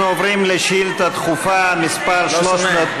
אנחנו עוברים לשאילתה דחופה מס' 300,